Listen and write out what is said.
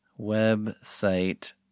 website